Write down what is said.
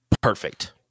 perfect